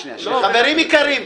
חברים יקרים,